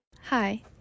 Hi